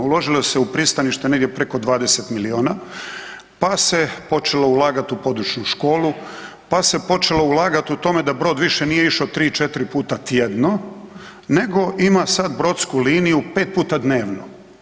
Uložilo se u pristanište negdje preko 20 miliona, pa se počelo ulagati u područnu školu, pa se počelo ulagati u tome da brod više nije išao 3-4 puta tjedno nego ima sad brodsku liniju 5 puta dnevno.